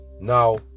Now